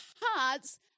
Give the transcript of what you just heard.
hearts